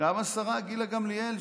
גם השרה גילה גמליאל,